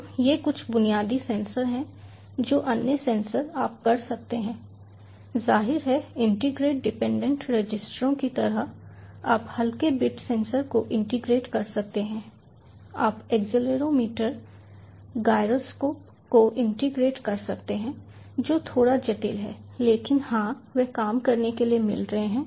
तो ये कुछ बुनियादी सेंसर हैं जो अन्य सेंसर आप कर सकते हैं जाहिर है इंटीग्रेट डिपेंडेंट रजिस्टरों की तरह हैं आप हल्के बिट सेंसर को इंटीग्रेट कर सकते हैं आप एक्सेलेरोमीटर गायरोस्कोप को इंटीग्रेट कर सकते हैं जो थोड़ा जटिल हैं लेकिन हां वे काम करने के लिए मिल रहे हैं